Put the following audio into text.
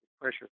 pressure